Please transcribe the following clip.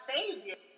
Savior